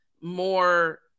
more